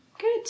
Good